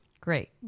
Great